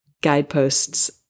guideposts